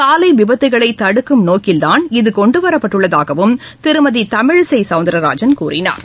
சாலை விபத்துகளை தடுக்கும் நோக்கில் தான் இது கொண்டுவரப்பட்டுள்ளதாகவும் திருமதி தமிழிசை சௌந்தரராஜன் கூறினார்